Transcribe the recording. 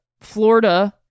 Florida